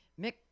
Mick